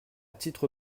titre